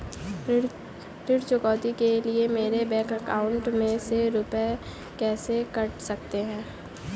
ऋण चुकौती के लिए मेरे बैंक अकाउंट में से रुपए कैसे कट सकते हैं?